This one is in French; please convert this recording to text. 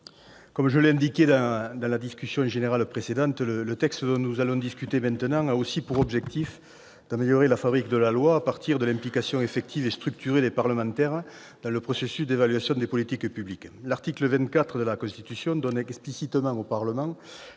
améliorer la qualité des études d'impact des projets de loi, le texte dont nous allons maintenant discuter a aussi pour objet d'améliorer la fabrique de la loi à partir de l'implication effective et structurée des parlementaires dans le processus d'évaluation des politiques publiques. L'article 24 de la Constitution donne explicitement au Parlement